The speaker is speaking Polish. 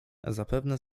zapewne